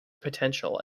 potential